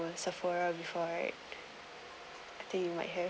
sephora before right I think you might have